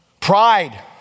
pride